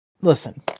Listen